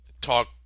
talk